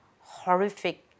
horrific